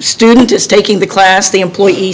student is taking the class the employee